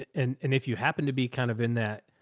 and and if you happen to be kind of in that.